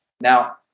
now